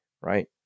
right